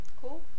cool